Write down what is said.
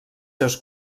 seus